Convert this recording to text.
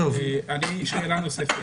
שאלה נוספת.